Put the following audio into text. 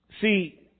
See